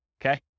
Okay